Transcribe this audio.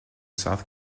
south